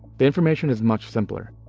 the information is much simpler.